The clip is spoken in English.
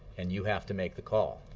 and you have to make the call.